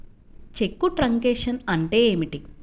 చెక్కు truncation అంటే ఏమిటి?